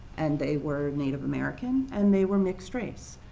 and they were native american, and they were mixed race.